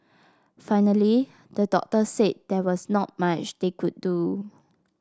finally the doctors said there was not much they could do